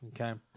Okay